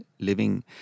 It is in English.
living